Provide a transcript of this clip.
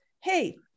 hey